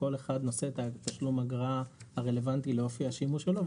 כל אחד נושא את תשלום האגרה הרלוונטי לאופן השימוש שלו.